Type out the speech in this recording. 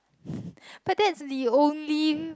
but that's the only